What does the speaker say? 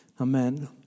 Amen